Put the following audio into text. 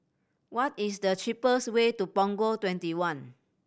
what is the cheapest way to Punggol Twenty one